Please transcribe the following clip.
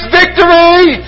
victory